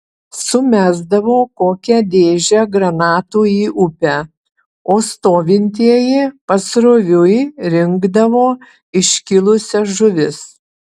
sumesdavo kokią dėžę granatų į upę o stovintieji pasroviui rinkdavo iškilusias žuvis